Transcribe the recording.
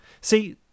See